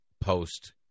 post